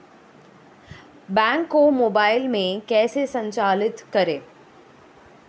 Bank को mobile में कैसे संचालित करें?